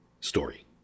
story